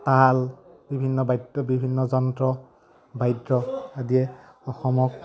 তাল বিভিন্ন বাদ্য বিভিন্ন যন্ত্ৰ বাদ্য আদিয়ে অসমক